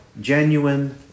genuine